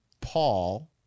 Paul